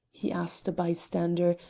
he asked a bystander,